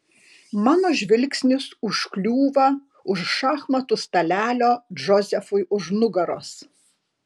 mano žvilgsnis užkliūva už šachmatų stalelio džozefui už nugaros